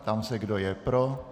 Ptám se, kdo je pro.